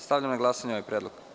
Stavljam na glasanje ovaj predlog.